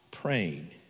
praying